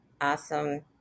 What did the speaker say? Awesome